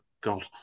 god